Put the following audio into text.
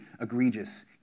egregious